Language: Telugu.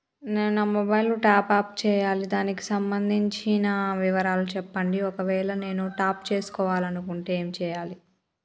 నేను నా మొబైలు టాప్ అప్ చేయాలి దానికి సంబంధించిన వివరాలు చెప్పండి ఒకవేళ నేను టాప్ చేసుకోవాలనుకుంటే ఏం చేయాలి?